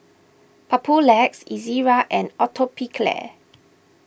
Papulex Ezerra and Atopiclair